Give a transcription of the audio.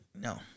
no